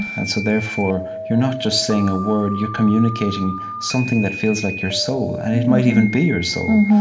and so therefore, you're not just saying a word you're communicating something that feels like your soul. and it might even be your soul.